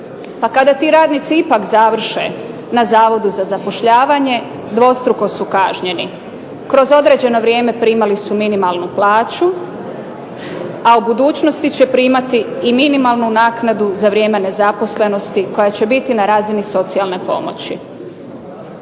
Pa kada ti radnici ipak završe na Zavodu za zapošljavanje dvostruko su kažnjeni. Kroz određeno vrijeme primali su minimalnu plaću, a u budućnosti će primati i minimalnu naknadu za vrijeme nezaposlenosti koja će biti na razini socijalne pomoći.